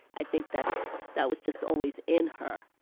i think that that was just always in her.